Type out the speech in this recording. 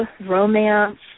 romance